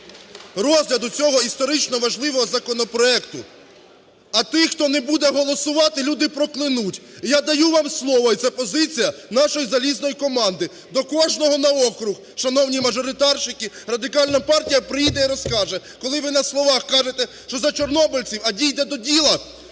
розгляду цього історично важливого законопроекту. А тих, хто не буде голосувати, люди проклянуть, я даю вам слово. І це позиція нашої залізної команди. До кожного на округ, шановні мажоритарщики, Радикальна партія приїде і розкаже, коли ви на словах кажете, що за чорнобильців, а дійде до діла,